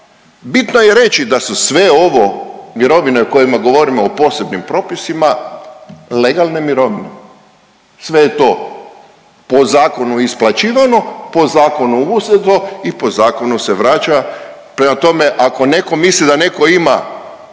Bitno je reći da su sve ovo mirovine o kojima govorimo o posebnim propisima legalne mirovine. Sve je to po zakonu isplaćivano, po zakonu uzeto i po zakonu se vraća. Prema tome ako netko misli da netko ima